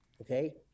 Okay